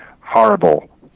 horrible